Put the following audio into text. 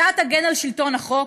אתה תגן על שלטון החוק?